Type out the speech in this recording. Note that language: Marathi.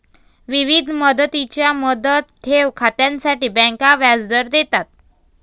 विविध मुदतींच्या मुदत ठेव खात्यांसाठी बँका व्याजदर देतात